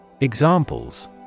Examples